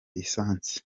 essence